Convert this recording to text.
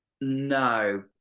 no